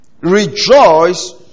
Rejoice